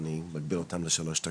ואצטרך להגביל דיבור לכל אחד לשלוש דקות.